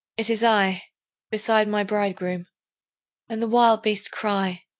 it is i beside my bridegroom and the wild beasts cry,